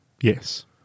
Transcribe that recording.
Yes